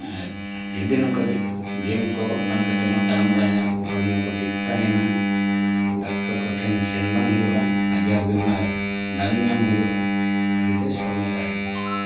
ᱟᱨ ᱟᱹᱰᱤ ᱱᱚᱝᱠᱟ ᱜᱮ ᱜᱮᱢ ᱠᱚ ᱵᱟᱝ ᱠᱟᱛᱮᱫ ᱦᱚᱸ ᱛᱟᱲᱟᱢ ᱵᱟᱲᱟᱭᱟ ᱦᱚᱲᱢᱚ ᱠᱚ ᱴᱷᱤᱠ ᱛᱟᱦᱮᱱᱟ ᱰᱟᱠᱛᱚᱨ ᱠᱚᱴᱷᱮᱱ ᱥᱮᱱ ᱵᱟᱝ ᱦᱩᱭᱩᱜᱼᱟ ᱟᱡᱟᱨ ᱵᱤᱢᱟᱨ ᱵᱟᱝ ᱧᱟᱢ ᱦᱩᱭᱩᱜᱼᱟ ᱟᱹᱰᱤ ᱵᱮᱥ ᱦᱚᱲᱢᱚ ᱛᱟᱦᱮᱸ ᱠᱚᱜᱼᱟ